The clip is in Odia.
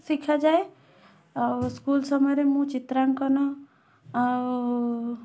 ଶିଖାଯାଏ ଆଉ ସ୍କୁଲ୍ ସମୟରେ ମୁଁ ଚିତ୍ରାଙ୍କନ ଆଉ